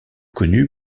connu